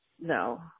no